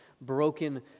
broken